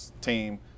team